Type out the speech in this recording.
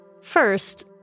first